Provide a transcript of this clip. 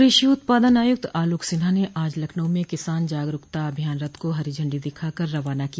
कृषि उत्पादन आयुक्त आलोक सिन्हा ने आज लखनऊ में किसान जागरूकता अभियान रथ को हरी झण्डी दिखाकर रवाना किया